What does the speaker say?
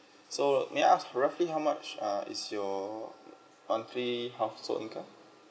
so may I ask roughly how much uh is your monthly household income